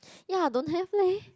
ya don't have leh